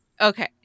Okay